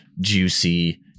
juicy